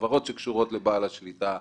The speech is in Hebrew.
חברות שקשורות לבעל השליטה,